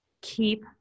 keep